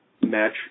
match